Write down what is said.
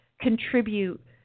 contribute